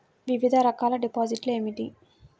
వివిధ రకాల డిపాజిట్లు ఏమిటీ?